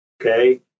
okay